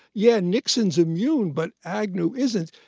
yeah, nixon's immune but agnew isn't,